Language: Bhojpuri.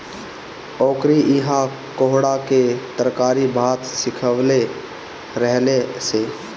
ओकरी इहा कोहड़ा के तरकारी भात खिअवले रहलअ सअ